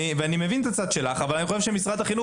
אני מבין את הצד שלך אבל אני חושב שמשרד החינוך,